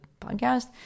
podcast